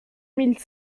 mille